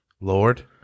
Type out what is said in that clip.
lord